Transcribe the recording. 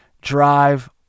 Drive